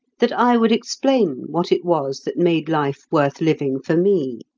that i would explain what it was that made life worth living for me.